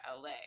LA